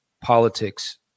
politics –